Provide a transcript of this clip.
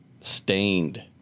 Stained